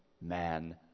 man